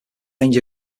range